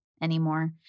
Anymore